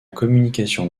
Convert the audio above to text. communication